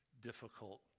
difficult